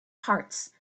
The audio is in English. hearts